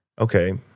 okay